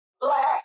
black